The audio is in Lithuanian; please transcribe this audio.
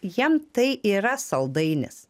jiem tai yra saldainis